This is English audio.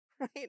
right